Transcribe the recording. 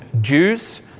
Jews